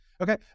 okay